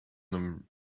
them